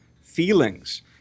feelings